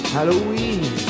Halloween